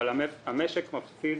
אבל המשק מפסיד